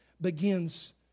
begins